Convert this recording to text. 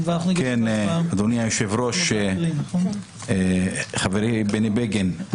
אדוני היושב ראש, חברי בני בגין,